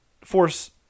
force